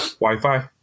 Wi-Fi